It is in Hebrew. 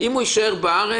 לא 30 שנה ולא 40,